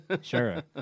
Sure